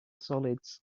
solids